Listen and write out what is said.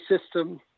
system